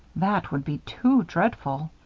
that would be too dreadful.